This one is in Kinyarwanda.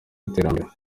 iterambere